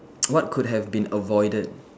what could have been avoided